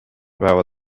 päeva